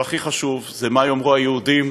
אבל הכי חשוב זה מה יאמרו היהודים,